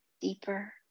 deeper